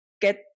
get